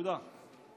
תודה.